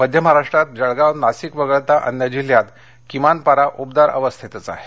मध्य महाराष्ट्रात जळगाव नासिक वगळता अन्य जिल्ह्यात किमान पारा उबदार अवस्थेतच आहे